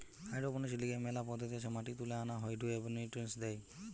hydroponics লিগে মেলা পদ্ধতি আছে মাটি তুলে আনা হয়ঢু এবনিউট্রিয়েন্টস দেয়